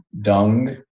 dung